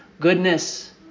Goodness